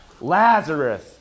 Lazarus